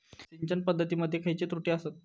सिंचन पद्धती मध्ये खयचे त्रुटी आसत?